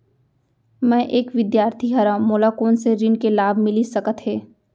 मैं एक विद्यार्थी हरव, मोला कोन से ऋण के लाभ मिलिस सकत हे?